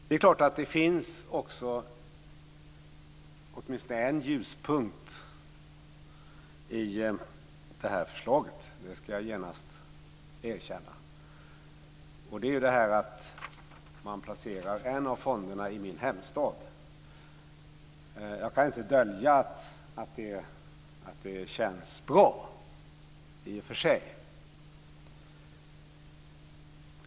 Det finns förstås också åtminstone en ljuspunkt i förslaget - det ska jag genast erkänna - och det är att man placerar en av fonderna i min hemstad. Jag kan inte dölja att det i och för sig känns bra.